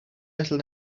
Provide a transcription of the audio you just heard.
little